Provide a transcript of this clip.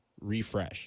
refresh